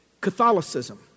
Catholicism